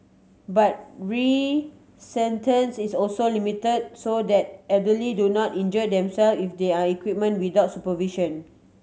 but is also limited so that elderly do not injure themselves if they are equipment without supervision